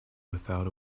without